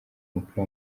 w’umupira